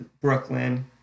Brooklyn